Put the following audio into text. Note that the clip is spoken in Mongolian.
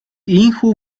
ийнхүү